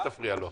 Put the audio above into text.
אל תפריע לו.